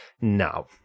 no